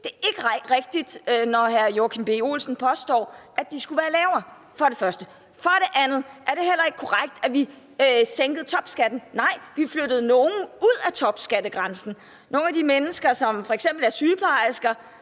det første ikke rigtigt, når hr. Joachim B. Olsen påstår, at de skulle være lavere. For det andet er det heller ikke korrekt, at vi sænkede topskatten. Nej, vi flyttede nogle ud af topskatten – nogle af de mennesker, som f.eks. er sygeplejersker,